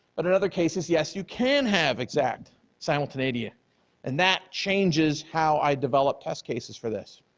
but in other cases, yes, you can have exact simultaneity ah and that changes how i develop test cases for this,